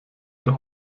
der